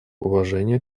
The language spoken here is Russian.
уважения